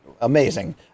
Amazing